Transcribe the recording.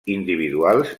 individuals